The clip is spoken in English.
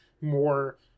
more